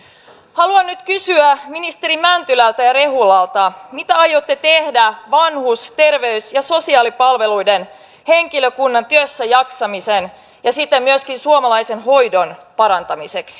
haluan nyt kysyä ministeri mäntylältä ja rehulalta mitä aiotte tehdä vanhus terveys ja sosiaalipalveluiden henkilökunnan työssäjaksamisen ja siten myöskin suomalaisen hoidon parantamiseksi